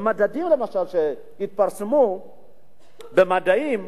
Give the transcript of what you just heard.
במדדים שהתפרסמו במדעים,